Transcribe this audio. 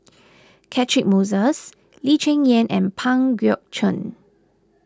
Catchick Moses Lee Cheng Yan and Pang Guek Cheng